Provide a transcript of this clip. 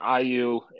IU